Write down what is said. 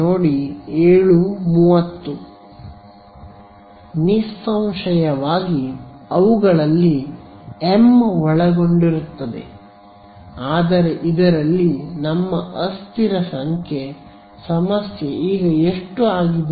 ನಿಸ್ಸಂಶಯವಾಗಿ ಅವುಗಳಲ್ಲಿ m ಒಳಗೊಂಡಿರುತ್ತದೆ ಆದರೆ ಇದರಲ್ಲಿ ನಮ್ಮ ಅಸ್ಥಿರ ಸಂಖ್ಯೆ ಸಮಸ್ಯೆ ಈಗ ಎಷ್ಟು ಆಗಿದೆ